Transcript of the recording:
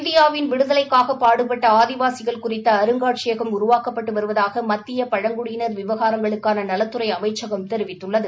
இந்தியாவின் விடுதலைக்காக பாடுபட்ட ஆதிவாசிகள் குறித்த அருங்காட்சியகம் உருவாக்கப்பட்டு வருவதாக மத்திய பழங்குடியினா் விவாகரங்களுக்கான நலத்துறை அமைச்சம் தெரிவித்துள்ளது